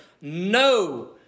No